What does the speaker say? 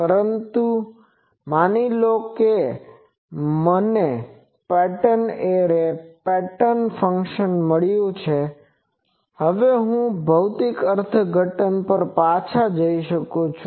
પરંતુ હવે માની લો કે મને પેટર્ન એરે પેટર્ન ફંક્શન મળ્યું છે હવે હું ભૌતિક અર્થઘટન પર પાછા જઈ શકું છું